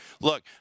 look